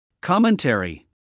Commentary